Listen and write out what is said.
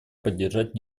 поддержать